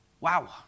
Wow